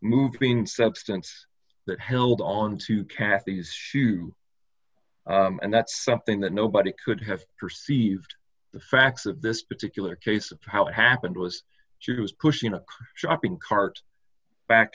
clean substance that held onto cathy's shoe and that's something that nobody could have perceived the facts of this particular case how it happened was she was pushing a shopping cart back